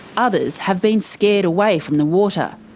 others have been scared away from the water.